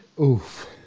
Oof